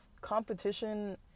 competition